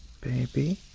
Baby